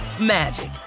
magic